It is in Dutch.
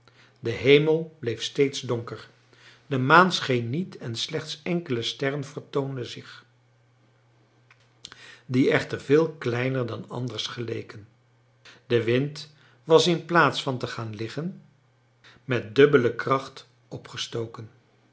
de hemel bleef steeds donker de maan scheen niet en slechts enkele sterren vertoonden zich die echter veel kleiner dan anders geleken de wind was inplaats van te gaan liggen met dubbele kracht opgestoken